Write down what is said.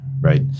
right